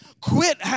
Quit